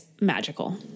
magical